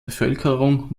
bevölkerung